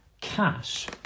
cash